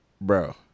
Bro